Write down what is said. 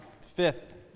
fifth